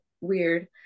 weird